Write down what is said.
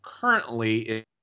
currently